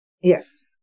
Yes